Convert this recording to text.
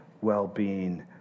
well-being